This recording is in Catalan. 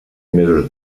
mesos